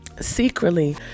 secretly